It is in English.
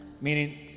meaning